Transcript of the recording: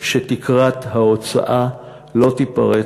שתקרת ההוצאה לא תיפרץ,